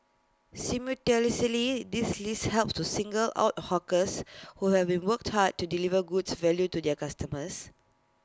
simultaneously this list helps to single out hawkers who have been worked hard to deliver goods value to their customers